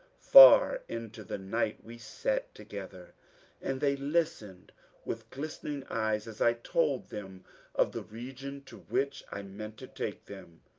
far into the night we sat together and they listened with glistening eyes as i told them of the region to which i meant to take them,